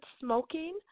smoking